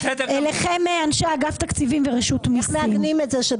אליכם אנשי אגף תקציבים ורשות המיסים.